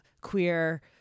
queer